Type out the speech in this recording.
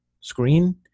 screen